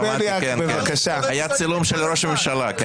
היה צילום של ראש הממשלה.